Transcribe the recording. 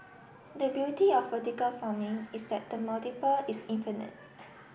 the beauty of vertical farming is that the multiple is infinite